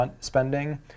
spending